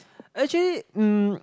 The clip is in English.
actually um